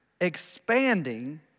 expanding